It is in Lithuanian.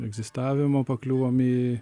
egzistavimo pakliuvom į